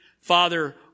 Father